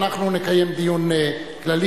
אנחנו נקיים דיון כללי.